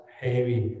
heavy